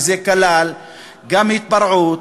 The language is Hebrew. שזה כלל גם התפרעות,